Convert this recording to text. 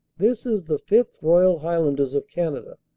this is the fifth. royal highlanders of canada,